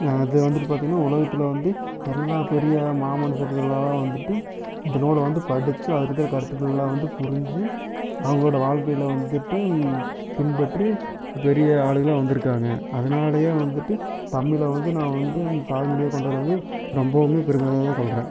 அது வந்துவிட்டு பார்த்தீங்கன்னா உலகத்தில் வந்து எல்லா பெரிய மாமனுசர்களலாம் வந்துவிட்டு இந்த நூலை வந்து படிச்சு அதில் இருக்கிற கருத்துக்களலாம் வந்து புரிஞ்சு அவங்களோட வாழ்க்கையில் வந்துவிட்டு பின்பற்றி பெரிய ஆளுகளாக வந்துருக்காங்க அதுனாலயே வந்துவிட்டு தமிழை வந்து நான் வந்து தாய்மொழியாக கொண்டதில் வந்து ரொம்பவுமே பெருமிதமாக தான் கொள்கிறேன்